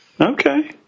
Okay